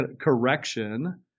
correction